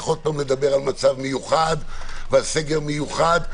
שוב לדבר על מצב מיוחד ועל סגר מיוחד.